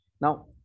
Now